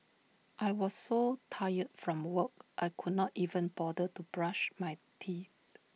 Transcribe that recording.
I was so tired from work I could not even bother to brush my teeth